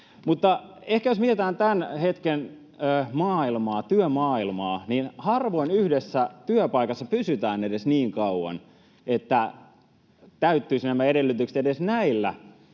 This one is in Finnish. Ehkä jos mietitään tämän hetken työmaailmaa, niin harvoin yhdessä työpaikassa pysytään edes niin kauan, että täyttyisivät nämä edellytykset edes näillä